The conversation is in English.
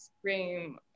scream